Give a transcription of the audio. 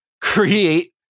create